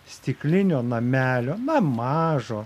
stiklinio namelio na mažo